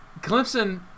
Clemson